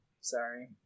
Sorry